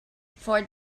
for